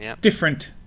Different